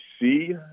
see